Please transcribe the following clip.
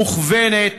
מוכוונת,